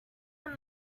some